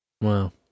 Wow